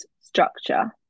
structure